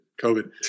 COVID